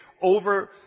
over